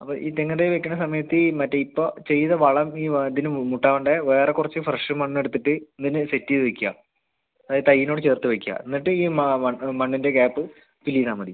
അപ്പം ഈ തെങ്ങിൻ തൈ വയ്ക്കണ സമയത്ത് ഈ മറ്റെ ഇപ്പം ചെയ്ത വളം ഈ ഇതിന് മുമ്പ് വേണ്ട വേറെ കുറച്ച് ഫ്രഷ് മണ്ണ് എടുത്തിട്ട് ഇതിന് സെറ്റ് ചെയ്ത് വയ്ക്കാം അതായത് തൈയിനോട് ചേർത്ത് വയ്ക്കാം എന്നിട്ട് ഈ മണ്ണിൻ്റ ഗ്യാപ്പ് ഫിൽ ചെയ്താൽമതി